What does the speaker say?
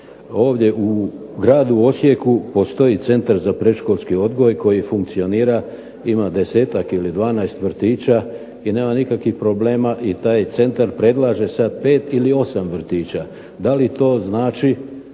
ovdje u gradu Osijeku postoji centar za predškolski odgoj koji funkcionira ima 10-tak ili 12 vrtića gdje nema nikakvih problema i taj Centar sada predlaže 5 ili 8 vrtića. Da li to znači